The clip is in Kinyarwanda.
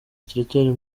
kiracyari